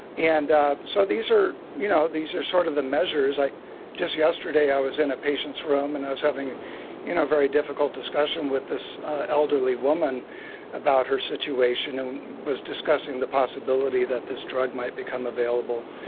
and ah so these are you know, these are sort of the measures. just yesterday, i was in a patient's room and i was having you know a very difficult discussion with this elderly woman about her situation who was discussing the possibility that this drug might become available.